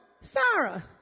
Sarah